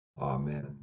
Amen